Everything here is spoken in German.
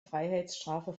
freiheitsstrafe